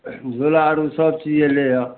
झूला आरो सबचीज अयलैया